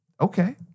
Okay